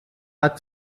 hat